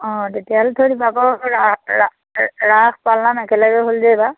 অঁ তেতিয়াহ'লে থৈ দিব আকৌ ৰা ৰা ৰাস পালনাম একেলগে হ'ল যে এইবাৰ